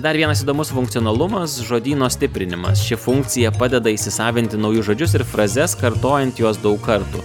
dar vienas įdomus funkcionalumas žodyno stiprinimas ši funkcija padeda įsisavinti naujus žodžius ir frazes kartojant juos daug kartų